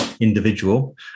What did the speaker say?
individual